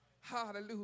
Hallelujah